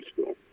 school